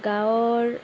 গাঁৱৰ